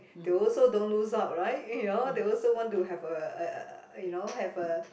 they also don't lose out right you know they want also to have a a a a you know have a